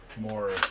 More